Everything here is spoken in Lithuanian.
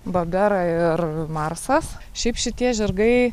babera ir marsas šiaip šitie žirgai